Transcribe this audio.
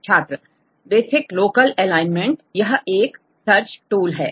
छात्र basic local alignment यह एक सर्च टूल है